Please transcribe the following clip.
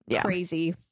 crazy